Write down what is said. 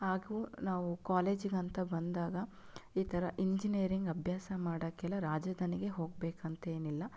ಹಾಗೂ ನಾವು ಕಾಲೇಜಿಗೆ ಅಂತ ಬಂದಾಗ ಈ ಥರ ಎಂಜಿನಿಯರಿಂಗ್ ಅಭ್ಯಾಸ ಮಾಡೋಕ್ಕೆಲ್ಲ ರಾಜಧಾನಿಗೆ ಹೋಗ್ಬೇಕಂತೇನಿಲ್ಲ